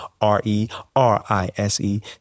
R-E-R-I-S-E